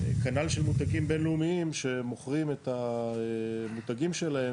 כנ"ל של מותגים בין לאומיים שמוכרים את המותגים שלהם